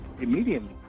immediately